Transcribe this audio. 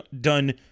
done